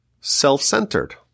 self-centered